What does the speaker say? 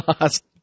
lost